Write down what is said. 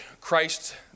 Christ